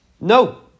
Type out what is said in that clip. No